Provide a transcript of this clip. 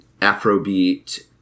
Afrobeat